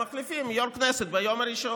מחליפים יו"ר כנסת ביום הראשון.